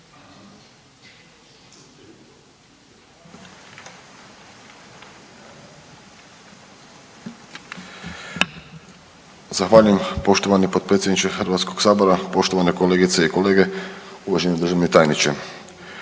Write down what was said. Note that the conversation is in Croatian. Zahvaljujem poštovani potpredsjedniče Hrvatskoga sabora, poštovane kolegice i kolege, uvaženi državni tajniče.